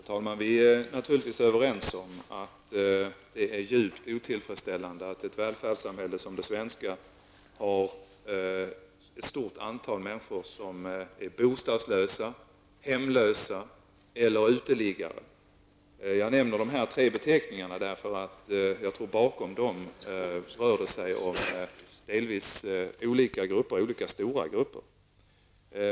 Herr talman! Vi är naturligtvis överens om att det är djupt otillfredsställande att det i ett välfärdssamhälle som det svenska finns ett stort antal människor som är bostadslösa, hemlösa eller uteliggare. Jag använder dessa tre beteckningar och tror att det bakom dem står delvis olika grupper av olika storlek.